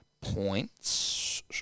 points